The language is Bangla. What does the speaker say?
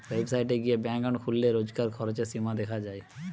ওয়েবসাইট গিয়ে ব্যাঙ্ক একাউন্ট খুললে রোজকার খরচের সীমা দেখা যায়